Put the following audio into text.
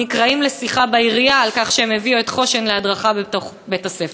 נקראים לשיחה בעירייה על כך שהם הביאו את "חושן" להדרכה בתוך בית-הספר.